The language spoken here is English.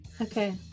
Okay